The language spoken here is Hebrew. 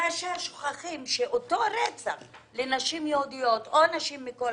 כאשר שוכחים שאותו רצח לנשים יהודיות או נשים מכל